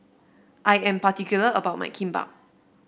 I am particular about my Kimbap